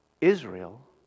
Israel